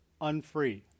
unfree